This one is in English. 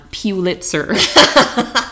pulitzer